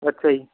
ਅੱਛਾ ਜੀ